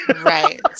right